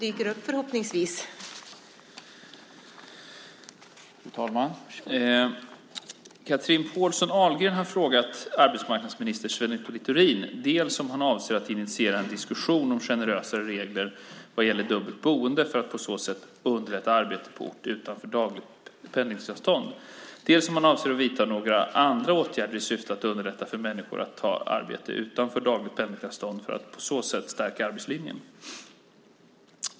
Chatrine Pålsson Ahlgren har frågat arbetsmarknadsminister Sven Otto Littorin dels om han avser att initiera en diskussion om generösare regler vad gäller dubbelt boende för att på så sätt underlätta arbete på ort utanför dagligt pendlingsavstånd, dels om han avser att vidta andra åtgärder i syfte att underlätta för människor att ta arbete utanför dagligt pendlingsavstånd för att på så sätt stärka arbetslinjen.